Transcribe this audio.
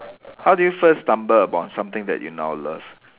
how did you first stumble upon something that you now love